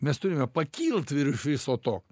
mes turime pakilt virš viso to